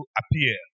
appear